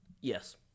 Yes